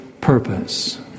purpose